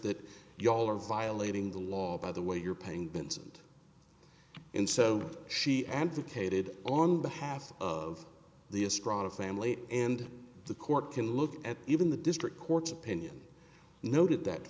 that you all are violating the law by the way you're paying vincent and so she advocated on behalf of the ascribe of family and the court can look at even the district court's opinion noted that